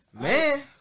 Man